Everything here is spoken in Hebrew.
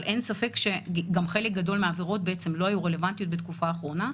גם חלק גדול מהעבירות לא היו רלוונטיות בתקופה האחרונה.